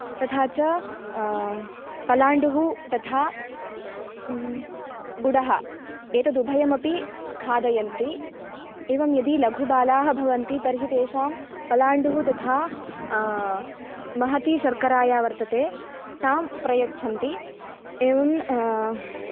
तथा च पलाण्डुः तथा गुडम् एतत् उभयम् अपि खादन्ति एवं यदि लघुबालाः भवन्ति तर्हि तेषां पलाण्डुः तथा महतीशर्करा या वर्तते तां प्रयच्छन्ति एवं